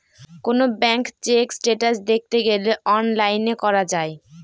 কোনো bank check status দেখতে গেলে অনলাইনে করা যায়